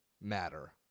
matter